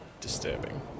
disturbing